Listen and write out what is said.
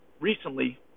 Recently